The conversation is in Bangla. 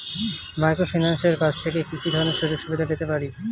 মাইক্রোফিন্যান্সের কাছ থেকে কি কি ধরনের সুযোগসুবিধা পেতে পারি?